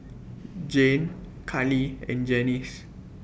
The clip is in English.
Jane Karli and Janis